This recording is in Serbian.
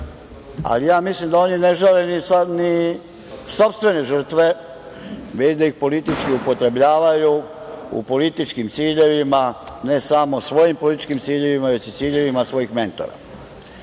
ali ja mislim da oni ne žali ni sopstvene žrtve, već da ih politički upotrebljavaju u političkim ciljevima, ne samo svojim političkim ciljevima, već i ciljevima svojih mentora. Nisam